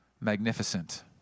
magnificent